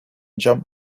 jump